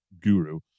guru